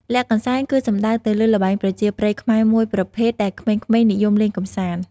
លាក់កន្សែង គឺសំដៅទៅលើល្បែងប្រជាប្រិយខ្មែរមួយប្រភេទដែលក្មេងៗនិយមលេងកម្សាន្ត ។